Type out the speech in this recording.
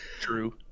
True